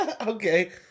okay